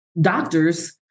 doctors